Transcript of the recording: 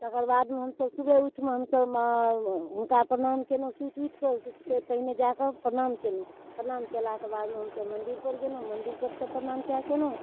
तकर बादमे हमसभ सुबह उठि हमसभ हुनका प्रणाम केलहुँ सुति उठिकऽ से पहिने जाकऽ प्रणाम केलहुँ प्रणाम कएलाके बादमे हमसभ मन्दिरपर गेलहुँ मन्दिरपरसँ प्रणाम कऽ कऽ अएलहुँ